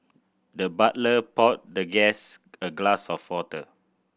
the butler poured the guest a glass of water